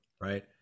right